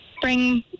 bring